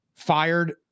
fired